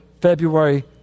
February